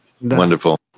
Wonderful